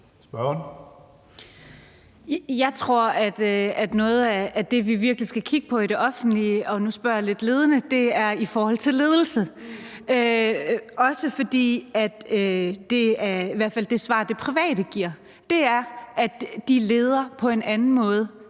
Jeg tror, at noget af det, vi virkelig skal kigge på i det offentlige – og nu spørger jeg lidt ledende – er i forhold til ledelse. Det svar, det private giver, er, at de leder på en anden måde;